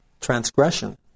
transgression